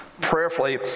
prayerfully